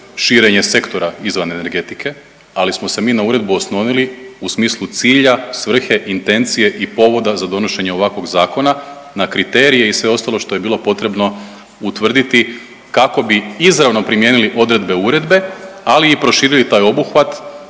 širenje sektora izvan energetike, ali smo se mi na uredbu oslonili u smislu cilja, svrhe, intencije i povoda za donošenje ovakvog zakona na kriterije i sve ostalo što je bilo potrebno utvrditi kako bi izravno primijenili odredbe uredbe, ali i proširili taj obuhvat